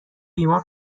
بیمار